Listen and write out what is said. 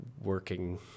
working